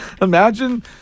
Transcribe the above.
imagine